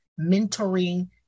mentoring